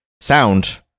sound